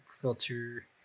filter